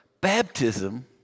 baptism